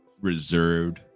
reserved